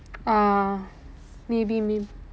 ah maybe